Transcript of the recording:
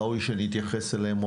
ראוי שנתייחס אליהם,